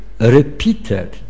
repeated